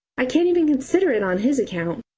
i can't even consider it on his account,